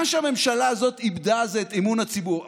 מה שהממשלה הזאת איבדה זה את אמון הציבור.